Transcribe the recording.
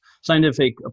scientific